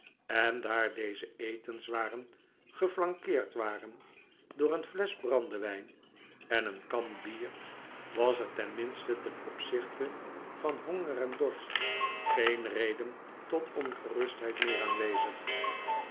en daar deze etenswaren geflankeerd waren door een flesch brandewijn en een kan bier was er tenminste ten opzichte van honger en dorst geen reden tot ongerustheid meer aanwezig